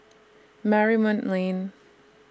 Marymount Lane